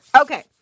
Okay